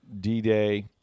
D-Day